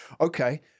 Okay